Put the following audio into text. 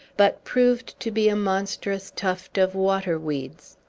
but proved to be a monstrous tuft of water-weeds.